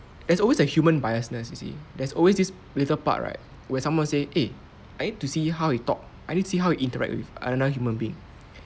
there's always a human biasness you see there's always this little part right where someone say eh I need to to see how he talk I need to see how he interact with another human being